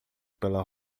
pela